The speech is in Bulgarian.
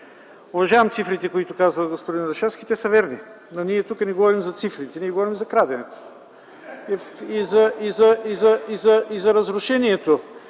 уважавам цифрите, които каза господин Орешарски. Те са верни, но ние тук не говорим за цифрите, ние говорим за краденето. И за разрушението.